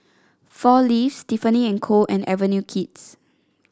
Four Leaves Tiffany And Co and Avenue Kids